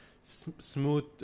smooth